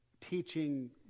teaching